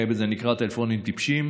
זה נקרא טלפונים טיפשים.